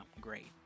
great